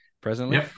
presently